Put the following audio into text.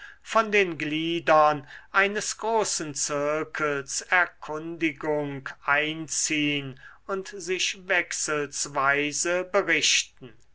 von den gliedern eines großen zirkels erkundigung einziehn und sich wechselsweise berichten